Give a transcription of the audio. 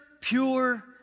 pure